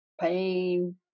pain